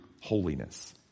holiness